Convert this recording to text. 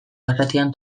basatian